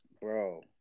bro